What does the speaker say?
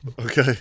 Okay